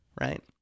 right